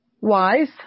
Wise